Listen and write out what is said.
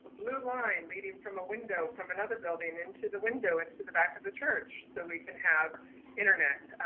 blue line leaning from a window, from another building into the window, into the back of the church, so we can have internet.